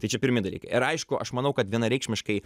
tai čia pirmi dalykai ir aišku aš manau kad vienareikšmiškai